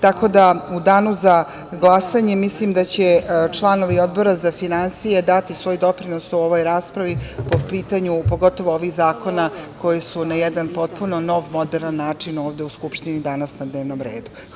Tako da, u danu za glasanje mislim da će članovi Odbora za finansije dati svoj doprinos ovoj raspravi po pitanju pogotovo ovih zakona, koji su na jedan potpuno nov, moderan način ovde u Skupštini danas na dnevnom redu.